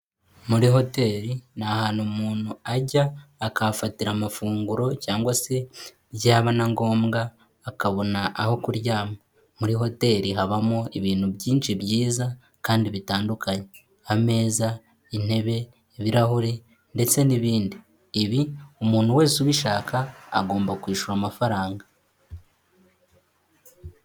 Muri hoteri ni ahantu umuntu ajya akahafatira amafunguro cyangwa se byaba na ngombwa akabona aho kuryama, muri hoteri habamo ibintu byinshi byiza kandi bitandukanye, ameza, intebe, ibirahure ndetse n'ibindi, ibi umuntu wese ubishaka agomba kwishyura amafaranga.